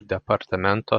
departamento